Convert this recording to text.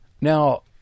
Now